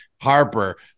Harper